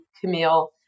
Camille